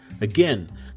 Again